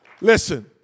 Listen